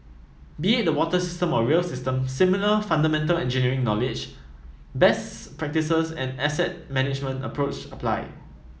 be it the water system or rail system similar fundamental engineering knowledge best practices and asset management approach apply